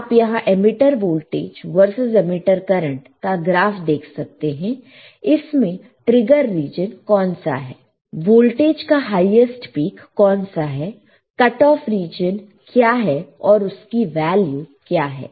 आप यहां emitter voltage versus emitter current का ग्राफ देख सकते हैं इसमें ट्रिगर रीजन कौन सा है वोल्टेज का हाईएस्ट पीक कौन सा है कट ऑफ रीजन क्या है और उसकी वैल्यू क्या है